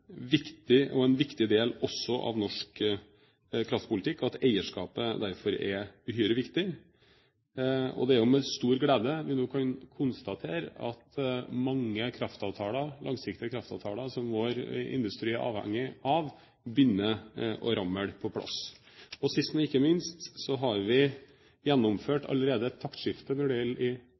viktig virkemiddel og en viktig del også av norsk kraftpolitikk, og at eierskapet derfor er uhyre viktig. Og det er med stor glede vi nå kan konstatere at mange langsiktige kraftavtaler, som vår industri er avhengig av, begynner å falle på plass. Og sist, men ikke minst har vi allerede gjennomført et taktskifte når det gjelder